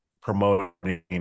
promoting